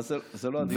אבל זה לא הדיון.